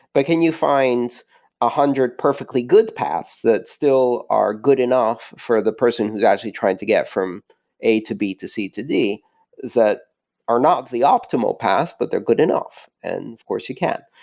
but can you find one ah hundred perfectly good paths that still are good enough for the person who's actually trying to get from a, to b, to c, to d that are not the optimal path, but they're good enough? and of course, you can.